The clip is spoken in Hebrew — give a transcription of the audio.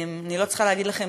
אני לא צריכה להגיד לכם,